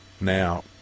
Now